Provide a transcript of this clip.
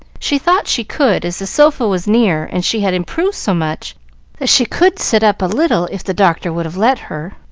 she thought she could, as the sofa was near and she had improved so much that she could sit up a little if the doctor would have let her.